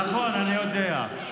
נכון, אני יודע.